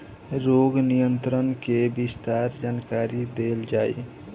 रोग नियंत्रण के विस्तार जानकरी देल जाई?